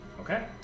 Okay